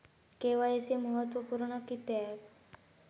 KYC महत्त्वपुर्ण किद्याक?